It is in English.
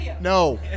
No